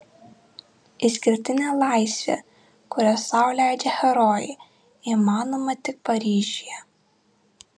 išskirtinė laisvė kurią sau leidžia herojai įmanoma tik paryžiuje